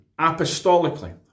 apostolically